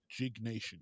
Jignation